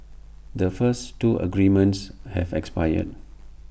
the first two agreements have expired